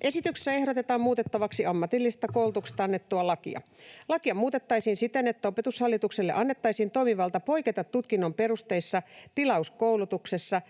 Esityksessä ehdotetaan muutettavaksi ammatillisesta koulutuksesta annettua lakia. Lakia muutettaisiin siten, että Opetushallitukselle annettaisiin toimivalta poiketa tutkinnon perusteissa tilauskoulutuksessa